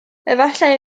efallai